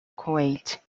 kuwait